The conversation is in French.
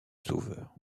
sauveur